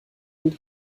und